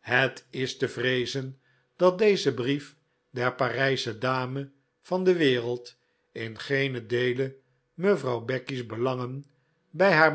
het is te vreezen dat deze brief der parijsche dame van de wereld in geenen deele mevrouw becky's belangen bij haar